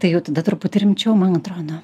tai jau tada truputį rimčiau man atrodo